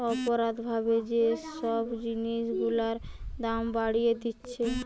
অপরাধ ভাবে যে সব জিনিস গুলার দাম বাড়িয়ে দিতেছে